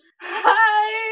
hi